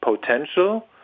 potential